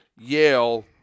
Yale